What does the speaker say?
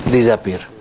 Disappear